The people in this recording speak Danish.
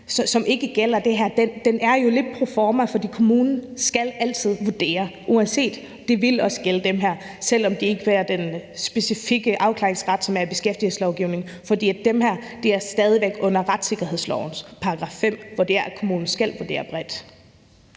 her, er jo lidt proforma, for kommunen skal altid vurdere det uanset hvad. Det ville også gælde dem her, selv om det ikke vil være den specifikke afklaringsret, som er i beskæftigelseslovgivningen, for de er stadig væk under retssikkerhedslovens § 5, hvorefter kommunen skal vurdere bredt.